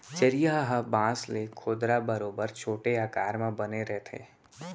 चरिहा ह बांस ले खोदरा बरोबर छोटे आकार म बने रथे